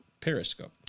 Periscope